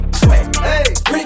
sweat